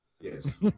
Yes